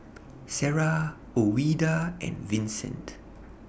Sara Ouida and Vincent